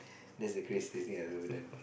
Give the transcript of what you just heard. that's the craziest thing I have ever done